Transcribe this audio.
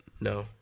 No